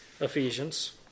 Ephesians